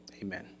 amen